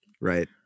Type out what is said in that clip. Right